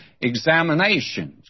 examinations